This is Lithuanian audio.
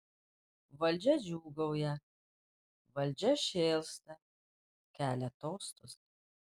valdžia džiūgauja valdžia šėlsta kelia tostus